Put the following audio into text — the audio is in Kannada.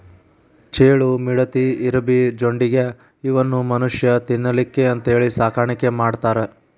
ಚೇಳು, ಮಿಡತಿ, ಇರಬಿ, ಜೊಂಡಿಗ್ಯಾ ಇವನ್ನು ಮನುಷ್ಯಾ ತಿನ್ನಲಿಕ್ಕೆ ಅಂತೇಳಿ ಸಾಕಾಣಿಕೆ ಮಾಡ್ತಾರ